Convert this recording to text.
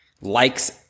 likes